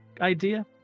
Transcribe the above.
idea